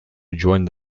joined